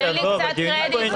תן לי קצת קרדיט,